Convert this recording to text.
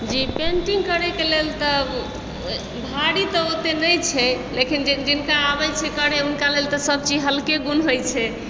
जी painting करै के लेल तऽ भारी तऽ ओते नहि छै लेकिन जिनका आबै छै करय हुनका लेल तऽ सब चीज हल्के गुण होइ छै